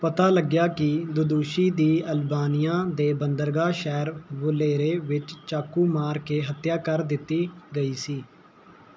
ਪਤਾ ਲੱਗਿਆ ਕਿ ਦੁਦੁਸ਼ੀ ਦੀ ਅਲਬਾਨੀਆ ਦੇ ਬੰਦਰਗਾਹ ਸ਼ਹਿਰ ਵਲੇਰੇ ਵਿੱਚ ਚਾਕੂ ਮਾਰ ਕੇ ਹੱਤਿਆ ਕਰ ਦਿੱਤੀ ਗਈ ਸੀ